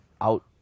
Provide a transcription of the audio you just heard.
Out